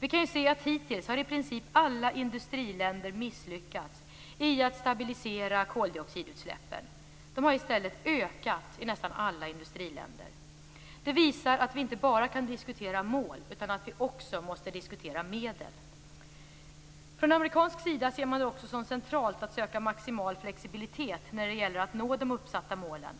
Vi kan se att hittills har i princip alla industriländer misslyckats i att stabilisera koldioxidutsläppen. De har i stället ökat i nästan alla industriländer. Det visar att vi inte bara kan diskutera mål, utan att vi också måste diskutera medel. Från amerikansk sida ser man det också som centralt att söka maximal flexibilitet när det gäller att nå de uppsatta målen.